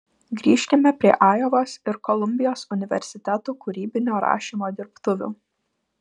grįžkime prie ajovos ir kolumbijos universitetų kūrybinio rašymo dirbtuvių